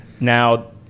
Now